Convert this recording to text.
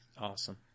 Awesome